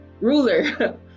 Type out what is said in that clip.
ruler